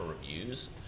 reviews